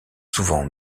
souvent